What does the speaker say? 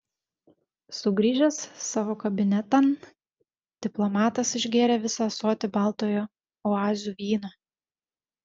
sugrįžęs savo kabinetan diplomatas išgėrė visą ąsotį baltojo oazių vyno